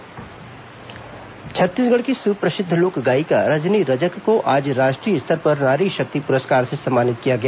नारी शक्ति पुरस्कार छत्तीसगढ़ की सुप्रसिद्ध लोक गायिका रजनी रजक को आज राष्ट्रीय स्तर पर नारी शक्ति पुरस्कार से सम्मानित किया गया